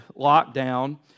lockdown